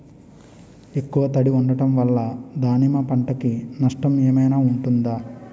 ఎక్కువ తడి ఉండడం వల్ల దానిమ్మ పంట కి నష్టం ఏమైనా ఉంటుందా?